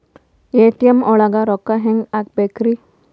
ATM ಒಳಗ್ ರೊಕ್ಕ ಹೆಂಗ್ ಹ್ಹಾಕ್ಬೇಕ್ರಿ?